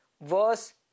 verse